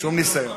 שום ניסיון.